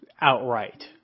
outright